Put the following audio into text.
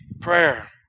Prayer